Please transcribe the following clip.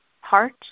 heart